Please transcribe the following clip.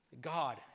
God